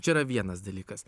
čia yra vienas dalykas